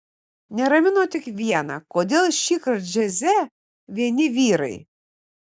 neramino tik viena kodėl šįkart džiaze vieni vyrai